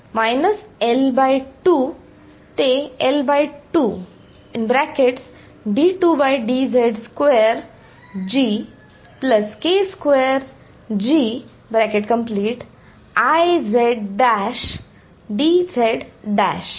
आता येथे हे समीकरण पाहता आपण देखील म्हणू शकता की मी तुम्हाला सांगितले नाही तरी असे कॉन्फिगरेशन असे होते आणि मी तुम्हाला यासारख्या सममितीय परिस्थितीचा विचार करण्यास सांगितले जेव्हा माझ्याकडे हे आहे हे मला पुन्हा रेखाटु द्याबरोबर समजा याला मी असे म्हणतो ते सारखेच आहे जरी मी एकदा ठेवले तरी ते मला निरीक्षणाच्या एका रेषेवर आणि करंटच्या एका रेषेपर्यंत खाली गेले आहे हे निरीक्षण आहे आणि हे स्त्रोत आहे